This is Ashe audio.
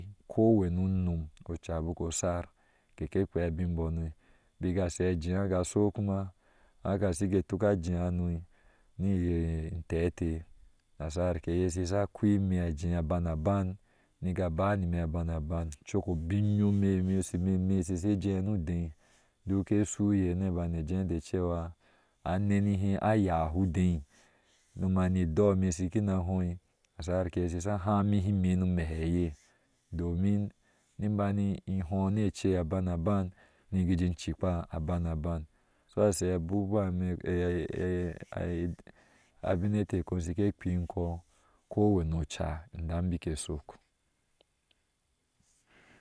Na aki ko wani umor oca bik o shar keke kpea abin buno bik a jee ga sho kuma haka shinga toh ajee hano, ni iye inteh te nasar ke ye shisha kɔɔ ime a jee abam aban niga ba abanoban coko bon yom emeh me meh reshe je, duk nke shuu iye na bane je da cewa ananihe ayahu udeé huma hi idɔɔ me shikina hou nasarke ye shisha harnahi ime hi mehe ye, domin ni bani in ho ne ceye asan aban si ji akpa aban aban ko a sho abuwa ne a bin eteh shikie kpeikɔɔ ko wani oca idan bik ke suk